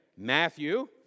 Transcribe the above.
Matthew